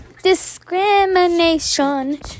discrimination